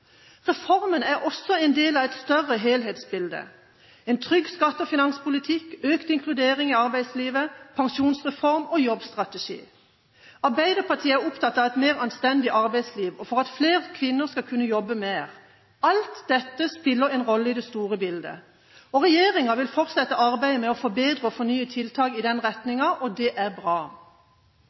Reformen er også en del av et større helhetsbilde: en trygg skatte- og finanspolitikk, økt inkludering i arbeidslivet, pensjonsreformen og jobbstrategien. Arbeiderpartiet er opptatt av et mer anstendig arbeidsliv og av at flere kvinner skal kunne jobbe mer. Alt dette spiller en rolle i det store bildet. Regjeringen vil fortsette arbeidet med å forbedre og fornye tiltak i denne retningen. Det er bra.